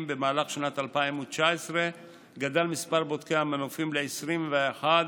במהלך שנת 2019 גדל מספר בודקי המנופים ל-21,